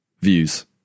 Views